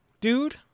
dude